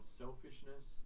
selfishness